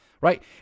Right